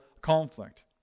conflict